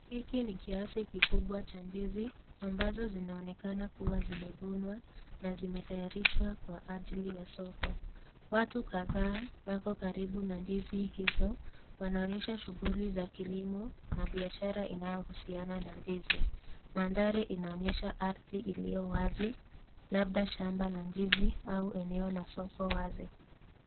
Hiki ni kiasi kikubwa cha ndizi ambazo zinaonekana kuwa zimevunwa na zimetayarishwa kwa ajili ya soko. Watu kadhaa wako karibu na ndizi hizo wanaonyesha shughuli za kilimo na biashara inayohusiana na ndizi. Mandhari inaonyesha ardhi iliyo wazi labda shamba la ndizi au eneo la soko wazi.